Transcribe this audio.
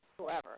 whoever